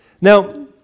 Now